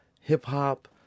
hip-hop